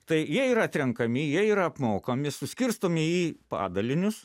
tai jie yra atrenkami jie yra apmokomi suskirstomi į padalinius